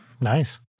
Nice